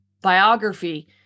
biography